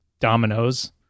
dominoes